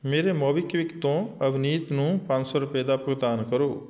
ਮੇਰੇ ਮੋਬੀਕਵਿਕ ਤੋਂ ਅਵਨੀਤ ਨੂੰ ਪੰਜ ਸੌ ਰੁਪਏ ਦਾ ਭੁਗਤਾਨ ਕਰੋ